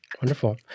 Wonderful